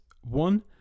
one